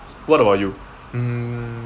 what about you mm